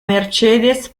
mercedes